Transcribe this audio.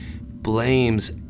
blames